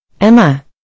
Emma